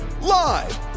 Live